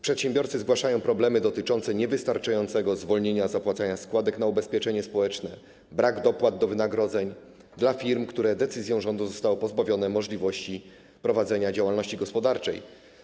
Przedsiębiorcy zgłaszają problemy dotyczące niewystarczającego zwolnienia z opłacania składek na ubezpieczenie społeczne, braku dopłat do wynagrodzeń dla firm, które decyzją rządu zostały pozbawione możliwości prowadzenia działalności gospodarczej.